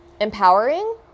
empowering